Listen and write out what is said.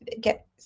get